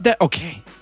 Okay